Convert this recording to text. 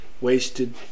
Wasted